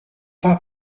pas